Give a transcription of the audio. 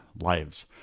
lives